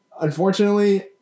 unfortunately